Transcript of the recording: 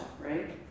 right